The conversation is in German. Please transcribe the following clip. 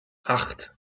acht